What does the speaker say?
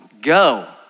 Go